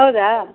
ಹೌದಾ